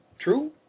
True